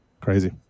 Crazy